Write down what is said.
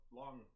long